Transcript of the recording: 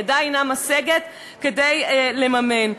ידה אינה משגת לממן זאת.